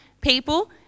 people